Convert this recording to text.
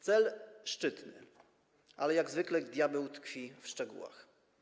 Cel szczytny, ale jak zwykle diabeł tkwi w szczegółach.